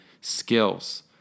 skills